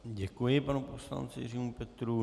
Děkuji panu poslanci Jiřímu Petrů.